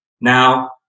Now